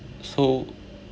so